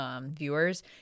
viewers